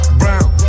brown